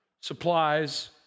supplies